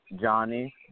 Johnny